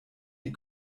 die